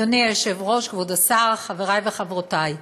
אדוני היושב-ראש, כבוד השר, חברי וחברותי,